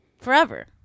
forever